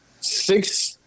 six